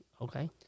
Okay